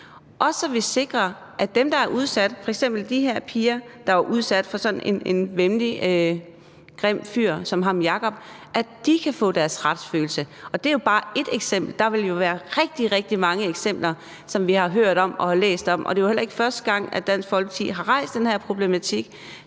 Også så vi sikrer, at dem, der er udsatte, f.eks. de her piger, der er udsat for sådan en væmmelige grim fyr som ham Jakob, kan få deres retsfølelse. Det er jo bare et eksempel. Der vil jo være rigtig, rigtig mange eksempler, som vi har hørt om og læst om. Det er jo heller ikke første gang, at Dansk Folkeparti har rejst den her problematik